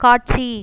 காட்சி